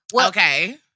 Okay